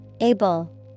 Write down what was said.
Able